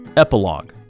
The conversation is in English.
Epilogue